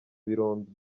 birombe